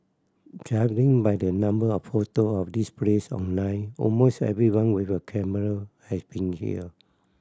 judging by the number of photo of this place online almost everyone with a camera has been here